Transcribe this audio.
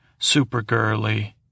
Supergirly